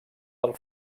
del